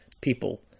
People